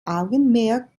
augenmerk